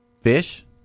Fish